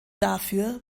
dafür